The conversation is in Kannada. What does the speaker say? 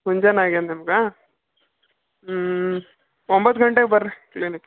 ಮುಂಜಾನೆ ಆಗ್ಯದ ನಿಮ್ಗೆ ಒಂಬತ್ತು ಗಂಟೆಗೆ ಬರ್ರಿ ನೈನಕ್ಕೆ